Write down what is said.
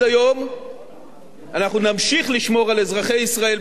אנחנו נמשיך לשמור על אזרחי ישראל וכלכלת ישראל מהמשבר.